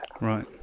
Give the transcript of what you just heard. Right